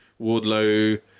wardlow